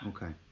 Okay